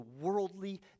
worldly